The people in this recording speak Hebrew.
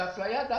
זאת אפליה של